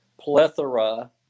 plethora